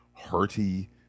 hearty